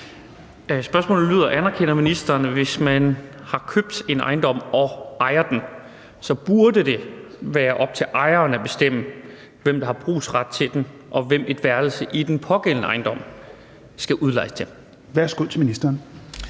ministeren, at hvis man har købt en ejendom og ejer den, så burde det også være op til ejeren at bestemme, hvem der har brugsret til den, og hvem et værelse i den pågældende ejendom skal udlejes til?